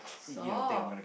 stop